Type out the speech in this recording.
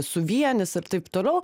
suvienys ir taip toliau